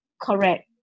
correct